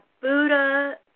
Buddha